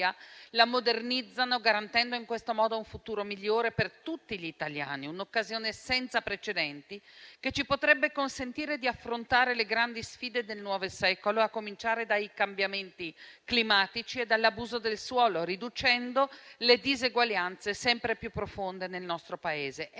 la modernizzano, garantendo in questo modo un futuro migliore per tutti gli italiani. Si tratta di un'occasione senza precedenti, che ci potrebbe consentire di affrontare le grandi sfide del nuovo secolo, a cominciare dai cambiamenti climatici e dall'abuso del suolo, riducendo le diseguaglianze sempre più profonde nel nostro Paese.